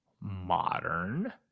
modern